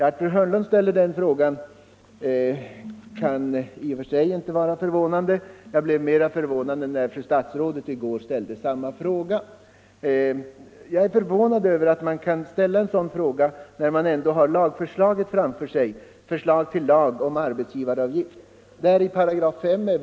Att fru Hörnlund ställer den frågan är i och för sig inte förvånande; jag blev mera förvånad när fru statsrådet Leijon i går ställde samma fråga. Vi har ändå lagförslaget framför oss — förslag till lag om arbetsgivaravgift till arbetsmarknadsutbildningen.